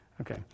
Okay